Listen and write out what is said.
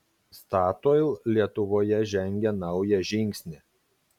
statoil lietuvoje žengia naują žingsnį